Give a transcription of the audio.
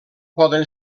poden